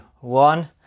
one